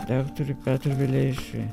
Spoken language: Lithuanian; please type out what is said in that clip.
rektoriui petrui vileišiui